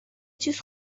چیز